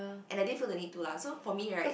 and I didn't feel the need to lah so for me right